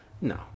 No